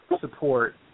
support